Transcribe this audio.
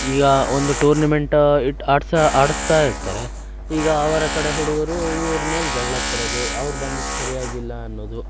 ಈಗ ಒಂದು ಟೂರ್ನಿಮೆಂಟಾ ಇಟ್ಟು ಆಡ್ಸಿ ಆಡಿಸ್ತಾ ಇರ್ತಾರೆ ಈಗ ಅವರ ಕಡೆ ಹುಡುಗರು ಇವ್ರ ಮೇಲೆ ಜಗ್ಳಕ್ಕೆ ಬರೋದು ಅವ್ರು ಬಂದಿದ್ದು ಸರಿಯಾಗಿಲ್ಲ ಅನ್ನೋದು